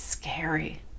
Scary